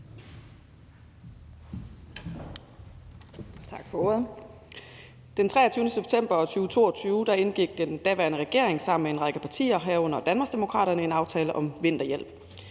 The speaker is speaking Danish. Tak for ordet. Den 23. september 2022 indgik den daværende regering sammen med en række partier, herunder Danmarksdemokraterne, en aftale om vinterhjælp.